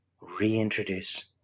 reintroduce